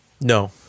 No